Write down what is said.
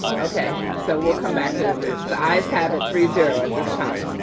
okay, so we'll come back to it with, the ayes have it, three zero at this time.